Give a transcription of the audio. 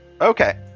Okay